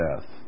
death